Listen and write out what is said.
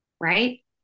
right